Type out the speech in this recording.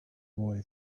boy